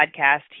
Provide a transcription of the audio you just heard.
podcast